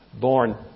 born